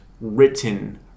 written